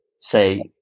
say